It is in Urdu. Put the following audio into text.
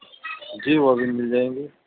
جی وہ بھی مل جائیں گی